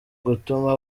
gutuma